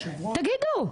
תגידו,